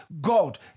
God